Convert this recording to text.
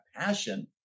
passion